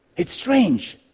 it's strange,